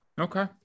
Okay